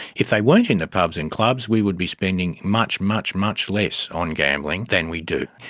if they weren't in the pubs and clubs we would be spending much, much, much less on gambling than we do.